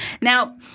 Now